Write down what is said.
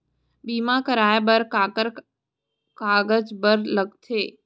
बीमा कराय बर काखर कागज बर लगथे?